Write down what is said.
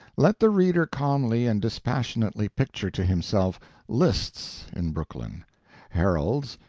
let the reader calmly and dispassionately picture to himself lists in brooklyn heralds,